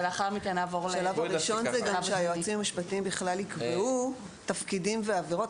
השלב הראשון זה גם שהיועצים המשפטיים בכלל יקבעו תפקידים ועבירות.